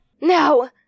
No